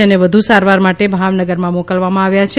જેને વધુ સારવાર માટે ભાવનગરમાં મોકલવામાં આવ્યા છે